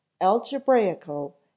algebraical